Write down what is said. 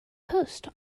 post